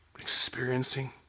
experiencing